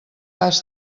has